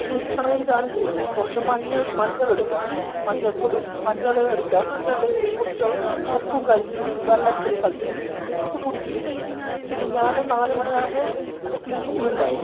വീട്ടിലാണെ ഒരു കാര്യം ചെയ്യുമോ കുറച്ച് മഞ്ഞൾ മഞ്ഞളെടുക്കുക മഞ്ഞൾപ്പൊടി മഞ്ഞൾ എടുക്കുക മഞ്ഞളിൽ കുറച്ച് ഉപ്പും കലക്കി വെള്ളത്തിൽ കലക്കി ഇപ്പം കുടിക്കൂ പിന്നെ ഞാൻ നാല് മണി ആവുമ്പോൾ അത് ക്ലിനിക്കിൽ ഉണ്ടാവും